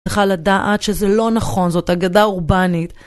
צריכה לדעת שזה לא נכון, זאת אגדה אורבנית.